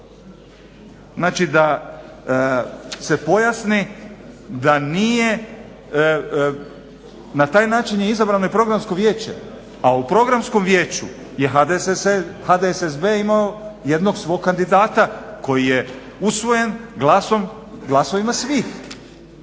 Znači da se pojasni da nije, na taj način je izabrano i Programsko vijeće, a u Programskom vijeću je HDSSB imao jednog svog kandidata koji je usvojen glasovima svih.